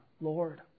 Lord